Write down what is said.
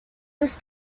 this